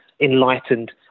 enlightened